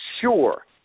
sure